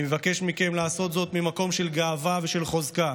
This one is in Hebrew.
אני מבקש מכם לעשות זאת ממקום של גאווה ושל חוזקה,